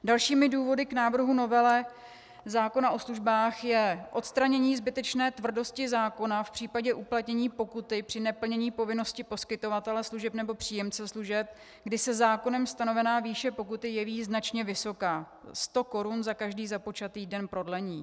Dalšími důvody k návrhu novely zákona o službách je odstranění zbytečné tvrdosti zákona v případě uplatnění pokuty při neplnění povinnosti poskytovatele služeb nebo příjemce služeb, kdy se zákonem stanovená výše pokuty jeví značně vysoká 100 korun za každý započatý den prodlení.